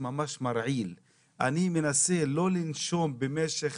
אני מנסה לא לנשום במשך